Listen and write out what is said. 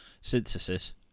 synthesis